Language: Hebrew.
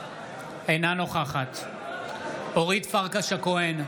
אינה נוכחת אורית פרקש הכהן,